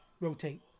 rotate